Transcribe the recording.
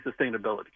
sustainability